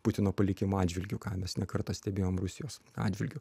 putino palikimo atžvilgiu ką mes ne kartą stebėjom rusijos atžvilgiu